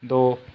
ਦੋ